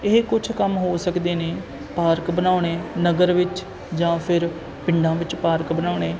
ਇਹ ਕੁਝ ਕੰਮ ਹੋ ਸਕਦੇ ਨੇ ਪਾਰਕ ਬਣਾਉਣੇ ਨਗਰ ਵਿੱਚ ਜਾਂ ਫਿਰ ਪਿੰਡਾਂ ਵਿੱਚ ਪਾਰਕ ਬਣਾਉਣੇ ਅੱਜ